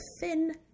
thin